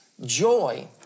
joy